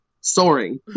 soaring